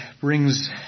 brings